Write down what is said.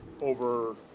over